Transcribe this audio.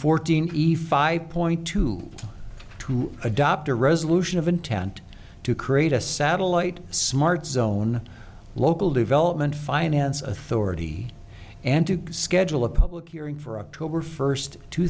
fourteen eef i point to to adopt a resolution of intent to create a satellite smart zone local development finance authority and to schedule a public hearing for october first two